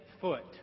foot